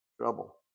trouble